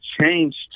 changed